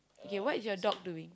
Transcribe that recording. okay what is your dog doing